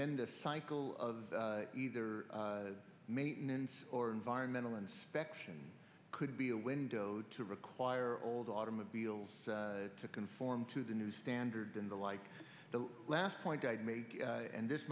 then the cycle of either maintenance or environmental inspection could be a window to require old automobiles to conform to the new standards in the like the last point i'd made and this